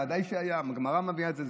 ודאי שהיה, הגמרא מביאה את זה.